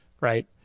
right